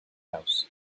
house